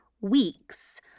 weeks